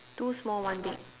two small one big